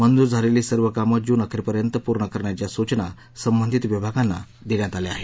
मंजूर झालेली सर्व कामं जूनअखेरपर्यंत पूर्ण करण्याच्या सूचना संबंधित विभागांना दिल्या आहेत